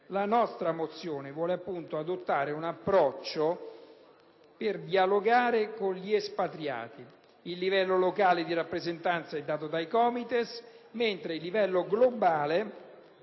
La nostra mozione vuole appunto adottare un approccio per dialogare con gli espatriati; il livello locale di rappresentanza è dato dai COMITES mentre il livello globale,